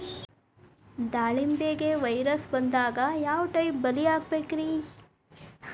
ದಾಳಿಂಬೆಗೆ ವೈರಸ್ ಬರದಂಗ ಯಾವ್ ಟೈಪ್ ಬಲಿ ಹಾಕಬೇಕ್ರಿ?